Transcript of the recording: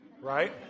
right